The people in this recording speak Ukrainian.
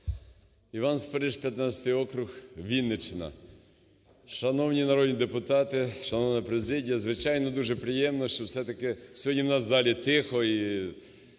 Іван Спориш, 15 округ, Вінниччина. Шановні народні депутати, шановна президія, звичайно, дуже приємно, що все-таки сьогодні у нас в залі тихо